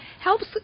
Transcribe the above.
helps